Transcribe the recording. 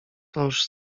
toż